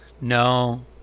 No